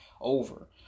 over